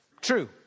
true